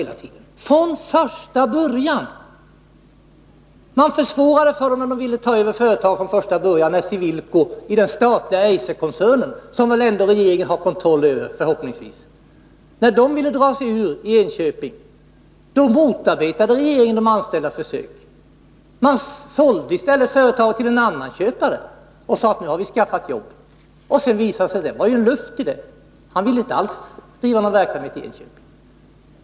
Man försvårade för de anställda när de ville ta över företaget från Cewilko i den statliga Eiserkoncernen, som regeringen förhoppningsvis har kontroll över. Man sålde i stället företaget till en annan köpare och sade, att nu har vi skaffat jobb. Och så visade det sig att det var bara luft i det — den köparen ville inte alls driva någon verksamhet i Enköping.